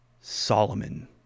Solomon